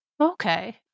Okay